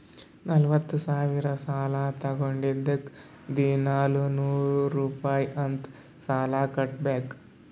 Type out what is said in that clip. ನಲ್ವತ ಸಾವಿರ್ ಸಾಲಾ ತೊಂಡಿದ್ದುಕ್ ದಿನಾಲೂ ನೂರ್ ರುಪಾಯಿ ಅಂತ್ ಸಾಲಾ ಕಟ್ಬೇಕ್